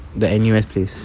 the N_U_S place